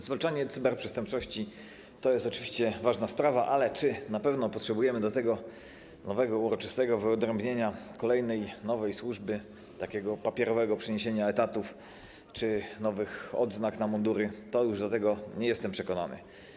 Zwalczanie cyberprzestępczości to jest oczywiście ważna sprawa, ale czy na pewno potrzebujemy do tego uroczystego wyodrębnienia kolejnej, nowej służby, takiego papierowego przeniesienia etatów czy nowych odznak na mundury, to już nie jestem przekonany.